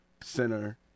Center